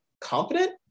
confident